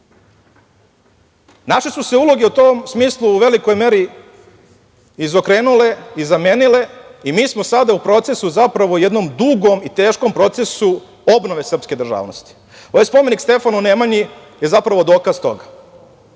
rad. Naše su se uloge u tom smislu u velikoj meri izokrenule i zamenile i mi smo sada u jednom dugom i teškom procesu obnove srpske državnosti. Ovaj spomenik Stefanu Nemanji je zapravo dokaz toga.